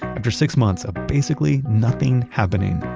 after six months of basically nothing happening,